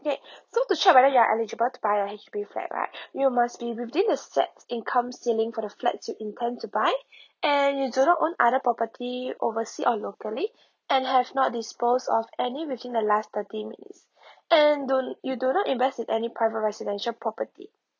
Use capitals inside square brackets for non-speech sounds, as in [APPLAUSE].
okay [BREATH] so to check whether you are eligible to buy a H_D_B flat right [BREATH] you must ne within the sets income celling for the flats you intend to buy and you do not own other property oversea or locally and have not dispose of any within the last thirteen weeks and don't you do not invest in any private residential property